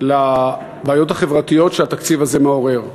לבעיות החברתיות שהתקציב הזה מעורר.